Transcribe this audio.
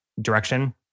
direction